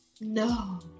No